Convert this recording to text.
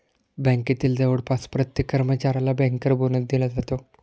बँकेतील जवळपास प्रत्येक कर्मचाऱ्याला बँकर बोनस दिला जातो